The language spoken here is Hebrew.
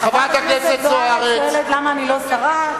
למה אני לא שרה?